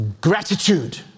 gratitude